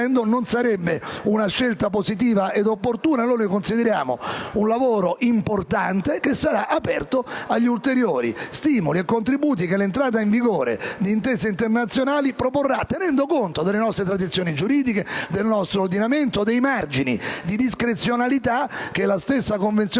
non sarebbe una scelta positiva ed opportuna: lo consideriamo un lavoro importante, che sarà aperto agli ulteriori stimoli e contributi che l'entrata in vigore di intese internazionali proporrà, tenendo conto delle nostre tradizioni giuridiche, del nostro ordinamento, dei margini di discrezionalità che la stessa Convenzione di Strasburgo